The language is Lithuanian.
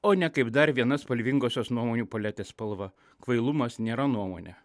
o ne kaip dar viena spalvingosios nuomonių paletės spalva kvailumas nėra nuomonė